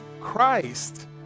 Christ